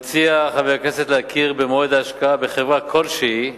מציע חבר הכנסת להכיר במועד להשקעה בחברה כלשהי,